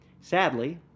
sadly